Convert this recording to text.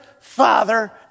father